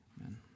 Amen